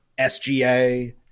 SGA